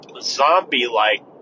zombie-like